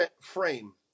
frame